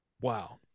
Wow